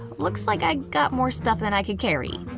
looks like i got more stuff than i could carry.